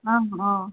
অঁ অঁ